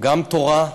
גם תורה,